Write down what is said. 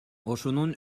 ошонун